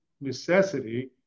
necessity